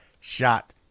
shot